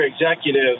executive